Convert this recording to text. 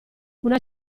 una